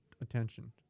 attention